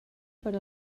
per